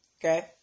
okay